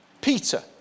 Peter